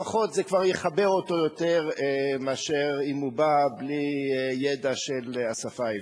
לפחות זה כבר יחבר אותו יותר מאשר אם הוא בא בלי ידע של השפה העברית.